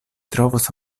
trovos